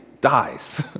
dies